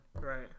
Right